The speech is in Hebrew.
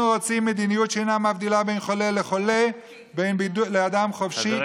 אנחנו רוצים מדיניות שאינה מבדילה בין חולה לחולה לאדם חופשי,